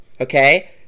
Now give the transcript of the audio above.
okay